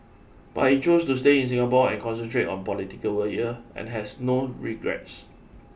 but he chose to stay in Singapore and concentrate on political work here and has no regrets